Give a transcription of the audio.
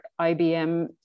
IBM